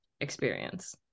experience